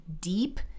DEEP